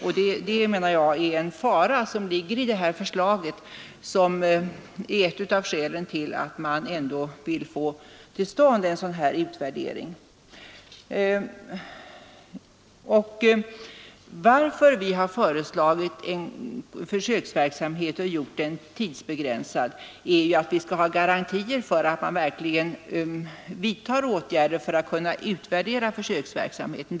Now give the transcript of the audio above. Det menar jag är en fara som ligger i det här förslaget, och det är ett av skälen till att vi vill få till stånd en utvärdering. Anledningen till att vi har föreslagit en tidsbegränsad försöksverksamhet är att vi vill ha garantier för att man verkligen vidtar åtgärder för att kunna utvärdera försöksverksamheten.